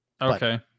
okay